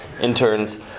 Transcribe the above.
interns